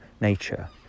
nature